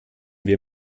wir